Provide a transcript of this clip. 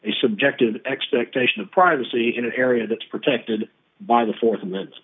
a subjective expectation of privacy in an area that's protected by the force of minutes